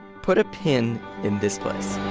put a pin in this place